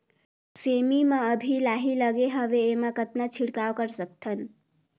सेमी म अभी लाही लगे हवे एमा कतना छिड़काव कर सकथन?